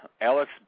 Alex